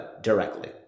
directly